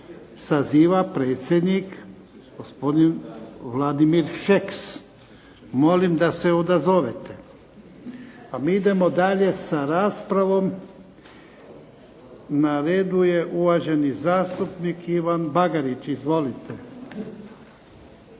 saziva predsjednik gospodin Vladimir Šeks. Molim da se odazovete. MI idemo dalje sa raspravom. Na redu je uvaženi zastupnik Ivan BAgarić. Izvolite.